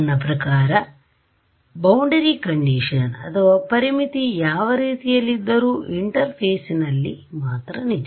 ನನ್ನ ಪ್ರಕಾರ ಪರಿಮಿತಿ ಯಾವರೀತಿಯಲ್ಲಿದ್ದರೂ ಇಂಟರ್ಫೇಸ್ನಲ್ಲಿ ಮಾತ್ರ ನಿಜ